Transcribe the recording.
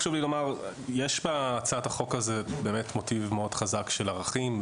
חשוב לי לומר שבאמת יש בהצעת החוק הזו מוטיב מאוד חזק של ערכים,